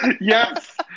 yes